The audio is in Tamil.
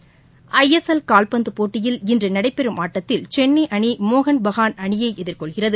ஐ எஸ் எல் கால்பந்து போட்டியில் இன்று நடைபெறும் ஆட்டத்தில் சென்னை அணி மோகன்பகான் அணியை எதிர்கொள்கிறது